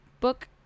book